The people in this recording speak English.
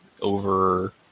over